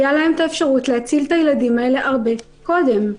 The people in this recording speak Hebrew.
הייתה להן האפשרות להציל את הילדים האלה הרבה קודם.